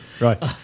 Right